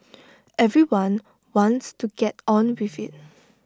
everyone wants to get on with IT